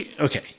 okay